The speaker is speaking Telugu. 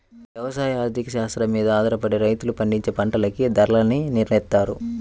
యవసాయ ఆర్థిక శాస్త్రం మీద ఆధారపడే రైతులు పండించే పంటలకి ధరల్ని నిర్నయిత్తారు